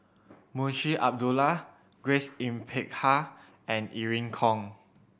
Munshi Abdullah Grace Yin Peck Ha and Irene Khong